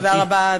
תודה רבה,